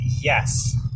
yes